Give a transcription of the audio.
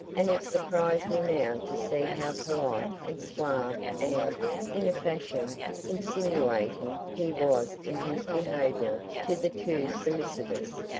and it surprised me now to see how polite and suave and in a fashion insinuating he was in his behaviour to the two solicitors.